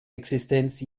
existenz